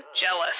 jealous